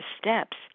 steps